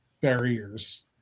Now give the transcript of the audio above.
barriers